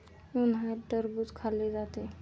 उन्हाळ्यात टरबूज खाल्ले जाते